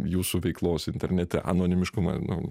jūsų veiklos internete anonimiškumą